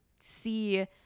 see